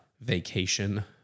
vacation